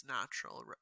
natural